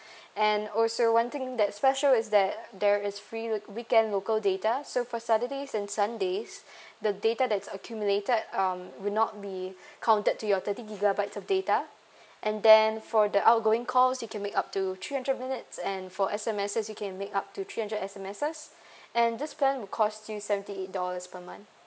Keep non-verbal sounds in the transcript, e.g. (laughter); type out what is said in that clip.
(breath) and also one thing that's special is that there is free weekend local data so for saturdays and sundays (breath) the data that's accumulated um will not be (breath) counted to your thirty gigabytes of data and then for the outgoing calls you can make up to three hundred minutes and for S_M_Ses you can make up to three hundred S_M_Ses (breath) and this plan would cost you seventy eight dollars per month